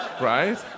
Right